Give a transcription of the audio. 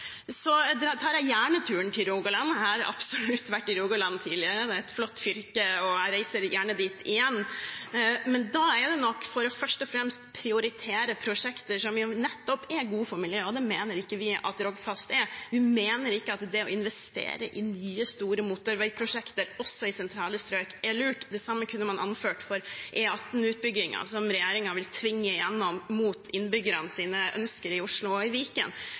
tar gjerne turen til Rogaland. Jeg har absolutt vært i Rogaland tidligere. Det er et flott fylke, og jeg reiser gjerne dit igjen. Men da er det nok først og fremst for å prioritere prosjekter som nettopp er gode for miljøet, og det mener vi ikke at Rogfast er. Vi mener ikke at det å investere i nye, store motorveiprosjekter også i sentrale strøk er lurt. Det samme kunne man anført for E18-utbyggingen, som regjeringen vil tvinge igjennom mot innbyggernes ønsker i Oslo og Viken.